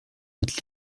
mit